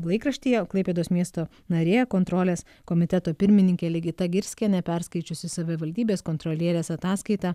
laikraštyje klaipėdos miesto narė kontrolės komiteto pirmininkė ligita girskienė perskaičiusi savivaldybės kontrolierės ataskaitą